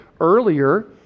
earlier